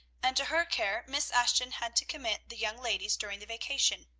and to her care miss ashton had to commit the young ladies during the vacation.